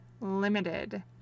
limited